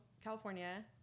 California